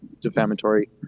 defamatory